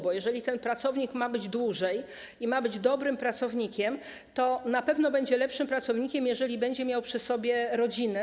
Bo jeżeli ten pracownik ma być dłużej i ma być dobrym pracownikiem, to na pewno będzie lepszym pracownikiem, jeśli będzie miał przy sobie rodzinę.